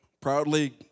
proudly